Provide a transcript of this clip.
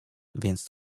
więc